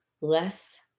less